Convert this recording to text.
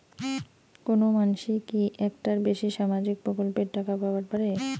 কোনো মানসি কি একটার বেশি সামাজিক প্রকল্পের টাকা পাবার পারে?